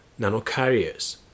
nanocarriers